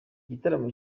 igitaramo